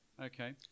Okay